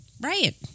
Right